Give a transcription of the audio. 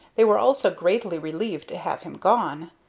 they were also greatly relieved to have him gone.